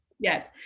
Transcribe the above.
Yes